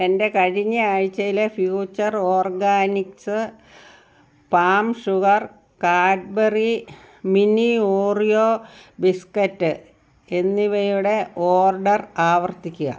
എന്റെ കഴിഞ്ഞ ആഴ്ചയിലെ future organics palm sugar Cadbury mini Oreo biscuit എന്നിവയുടെ ഓർഡർ ആവർത്തിക്കുക